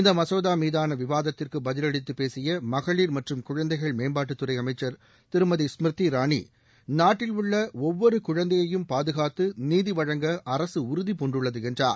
இந்த மசோதாமீதான விவாத்திற்குப் பதிலளித்துப் பேசிய மகளிர் மற்றும் குழந்தைகள் மேம்பாட்டுத் துறை அமைச்சர் திருமதி ஸ்மிரிதி இராணி நாட்டில் உள்ள ஒவ்வொரு குழந்தையையும் பாதுகாத்து நீதி வழங்க அரசு உறுதிபூண்டுள்ளது என்றார்